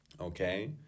Okay